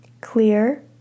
Clear